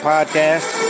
Podcast